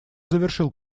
завершил